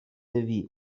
nevis